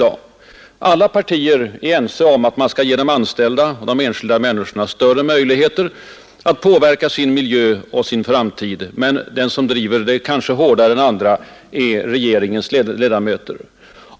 Alla partier är ense om att man skall ge de anställda och de enskilda människorna större möjligheter att påverka sin miljö och sin framtid, och de som driver detta hårdare än andra brukar vara just regeringens ledamöter.